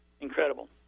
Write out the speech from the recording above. Incredible